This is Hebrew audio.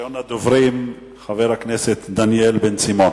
הצעות לסדר-היום שמספרן 2180, 2187, 2193 ו-2196.